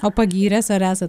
o pagyręs ar esant